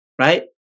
right